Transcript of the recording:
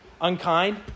unkind